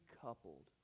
coupled